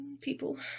people